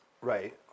right